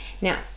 Now